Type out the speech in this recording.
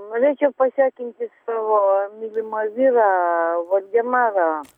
norėčiau pasveikinti savo mylimą vyrą valdemarą